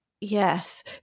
Yes